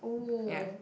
yeah